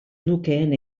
nukeen